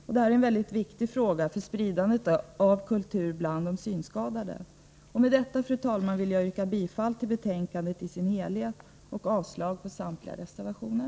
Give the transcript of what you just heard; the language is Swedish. Detta är mycket viktigt för spridandet av kultur bland de synskadade. Med detta, fru talman, vill jag yrka bifall till utskottets hemställan i dess helhet och avslag på samtliga reservationer.